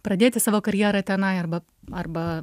pradėti savo karjerą tenai arba arba